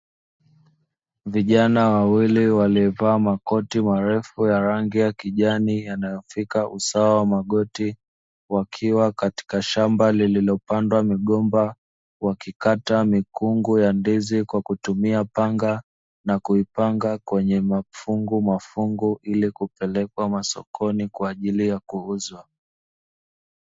Vijana wawili waliovaa makoti marefu ya rangi ya kijani, yanayofika usawa magoti, wakiwa katika shamba lililopandwa migomba, wakikata mikungu ya ndizi kwa kutumia panga na kuipanga kwenye mafungumafungu, ili kupelekwa masokoni kwa ajili ya kuuzwa.